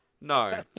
No